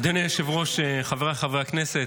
אדוני היושב-ראש, חבריי חברי הכנסת,